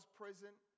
present